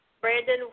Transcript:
Brandon